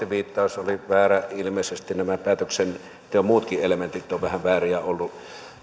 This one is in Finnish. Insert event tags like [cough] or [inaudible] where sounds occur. [unintelligible] viittaus oli väärä ilmeisesti nämä päätöksenteon muutkin elementit ovat vähän vääriä olleet